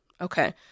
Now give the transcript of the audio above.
Okay